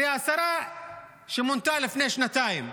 הרי השרה שמונתה לפני שנתיים,